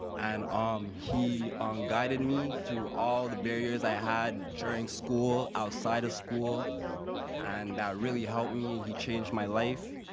and um he um guided me through all of the barriers i had during school, outside of school and that really helped me. he changed my life.